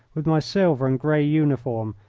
with my silver and grey uniform,